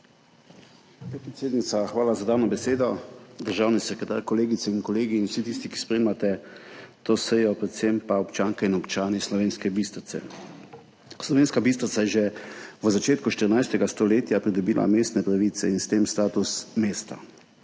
hvala za dano besedo. Državni sekretar, kolegice in kolegi in vsi tisti, ki spremljate to sejo, predvsem pa občanke in občani Slovenske Bistrice. Slovenska Bistrica je že v začetku 14. stoletja pridobila mestne pravice in s tem status mesta.